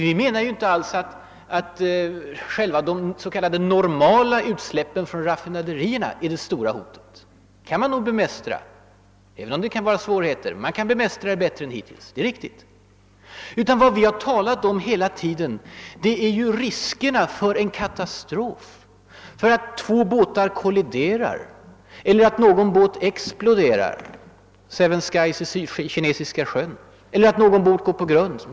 Vi menar inte alls att de s.k. normala utsläppen från raffinaderierna är det stora hotet. Dem kan man nog bemästra bättre än hittills, även om det blir svårigheter. Vad vi främst har talat om är riskerna för en katastrof, för att två båtar kolliderar eller någon båt exploderar eller att någon båt går på grund .